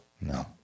No